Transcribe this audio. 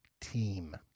team